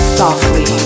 softly